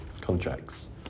Contracts